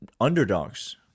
underdogs